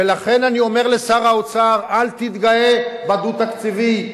ולכן אני אומר לשר האוצר: אל תתגאה בתקציב הדו-שנתי.